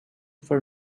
for